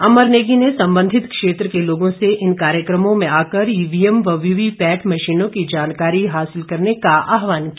अमर नेगी ने संबंधित क्षेत्र के लोगों से इन कार्यक्रमों में आकर ईवीएम व वीवीपैट मशीनों की जानकारी हासिल करने का आह्वान किया